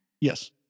Yes